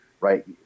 Right